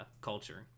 culture